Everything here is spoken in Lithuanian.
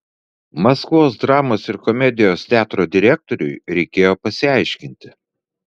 maskvos dramos ir komedijos teatro direktoriui reikėjo pasiaiškinti